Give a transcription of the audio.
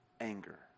anger